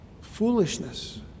foolishness